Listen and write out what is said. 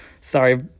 sorry